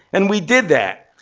and we did that.